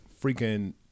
freaking